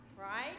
right